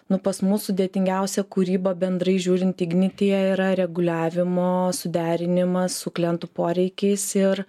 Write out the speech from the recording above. nu pas mus sudėtingiausia kūryba bendrai žiūrint ignityje yra reguliavimo suderinimas su klientų poreikiais ir